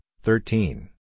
thirteen